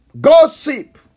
gossip